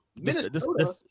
Minnesota